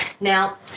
Now